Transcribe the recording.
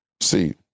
See